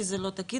כי זה לא תקין,